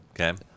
Okay